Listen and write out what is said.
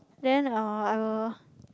then uh I will